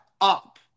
up